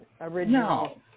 original